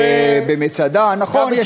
יש לנו, אה, במצדה, נכון.